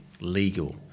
legal